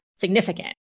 Significant